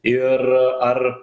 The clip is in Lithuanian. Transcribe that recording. ir ar